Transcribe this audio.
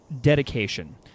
dedication